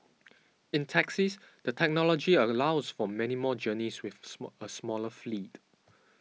in taxis the technology allows for many more journeys with a smaller fleet